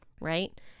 right